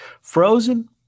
Frozen